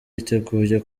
yiteguye